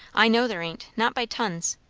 i know there ain't not by tons.